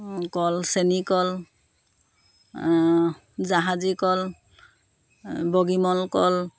কল চেনী কল জাহাজী কল বগীমল কল